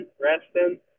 resting